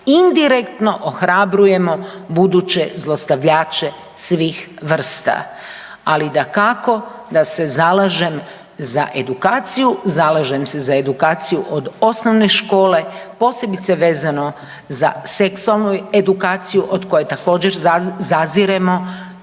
indirektno ohrabrujemo buduće zlostavljače svih vrsta. Ali, dakako da se zalažem za edukaciju, zalažem se za edukaciju od osnovne škole, posebice vezano za seksualnu edukaciju od koje također, zaziremo.